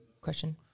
question